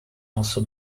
also